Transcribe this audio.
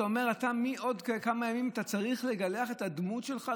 ואתה אומר: בעוד כמה ימים אתה צריך לגלח את הדמות שלך?